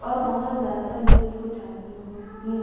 اور بہت زیادہ لطف اٹھاتی ہوں ہوں